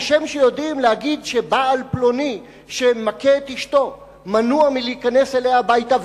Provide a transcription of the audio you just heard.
כשם שיודעים להגיד שבעל פלוני שמכה את אשתו מנוע מלהיכנס אליה הביתה,